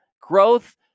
growth